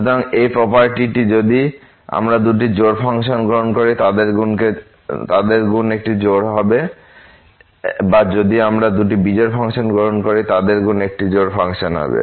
সুতরাং এই প্রপার্টি টি যদি আমরা দুটি জোড় ফাংশন গ্রহণ করি তাদের গুণ একটি জোড় হবে বা যদি আমরা দুটি বিজোড় ফাংশন গ্রহণ করি তাদের গুণটি একটি জোড় ফাংশন হবে